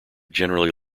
generally